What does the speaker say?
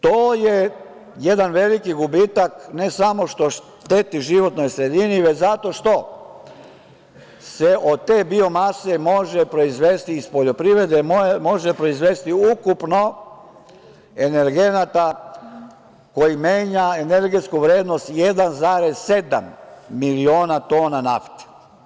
To je jedan veliki gubitak ne samo što šteti životnoj sredini, već zato što se od te biomase može proizvesti iz poljoprivrede, može proizvesti ukupno energenata koji menja energetsku vrednost 1,7 miliona tona nafte.